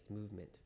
movement